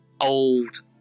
old